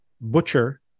butcher